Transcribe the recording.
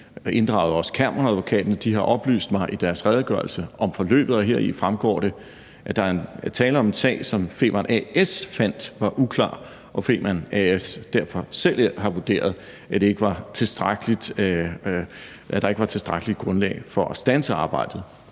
inddraget Kammeradvokaten, som har oplyst mig om forløbet i deres redegørelse, og heri fremgår det, at der er tale om en sag, som Femern A/S fandt var uklar, og Femern A/S har derfor selv vurderet, at der ikke var tilstrækkeligt grundlag for at standse arbejdet.